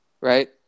Right